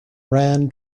ran